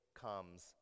comes